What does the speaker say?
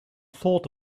thought